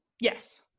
Yes